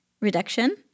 reduction